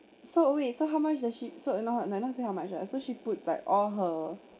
so oh wait okay so how much does she so like not say how much ah so she puts like all her